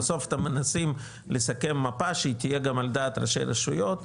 בסוף אתם מנסים לסכם מפה שהיא תהיה גם על דעת ראשי רשויות,